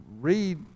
read